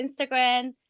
Instagram